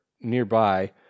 nearby